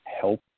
help